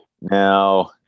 now